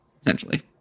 essentially